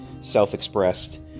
self-expressed